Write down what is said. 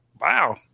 wow